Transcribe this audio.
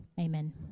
Amen